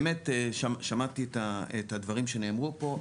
שמעתי את הדברים שנאמרו פה.